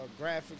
graphics